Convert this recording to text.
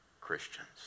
Christians